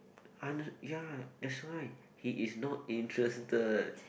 under ya that's why he is not interested